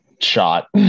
shot